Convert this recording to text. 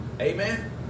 Amen